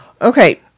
Okay